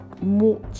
more